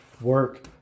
work